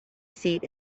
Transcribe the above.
seat